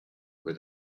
where